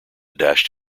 dashed